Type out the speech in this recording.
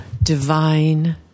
Divine